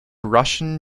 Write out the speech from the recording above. russian